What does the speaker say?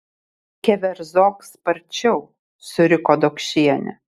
keverzok sparčiau suriko dokšienė